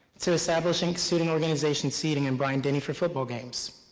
to establishing student organization seating in bryant-denny for football games.